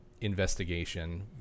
investigation